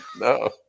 no